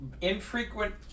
infrequent